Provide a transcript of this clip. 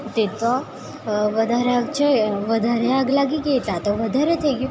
તેતો વધારે આગ લાગી ગઈ ત્યાં તો વધારે થઈ ગયું